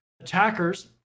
attackers